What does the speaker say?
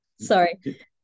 sorry